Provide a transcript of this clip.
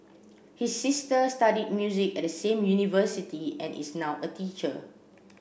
his sister studied music at the same university and is now a teacher